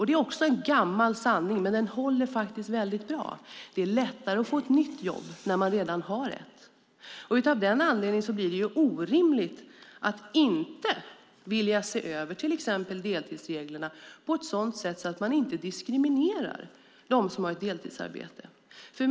Det är också en gammal sanning - men den håller faktiskt väldigt bra - att det är lättare att få ett nytt jobb när man redan har ett. Av den anledningen blir det orimligt att inte vilja se över till exempel deltidsreglerna på ett sådant sätt att man inte diskriminerar dem som har ett deltidsarbete.